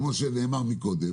כפי שנאמר קודם.